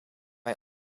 wij